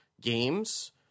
games